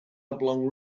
oblong